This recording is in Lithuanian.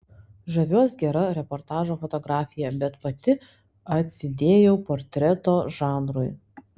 žaviuosi gera reportažo fotografija bet pati atsidėjau portreto žanrui